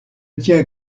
tient